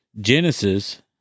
Genesis